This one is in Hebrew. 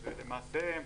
למעשה,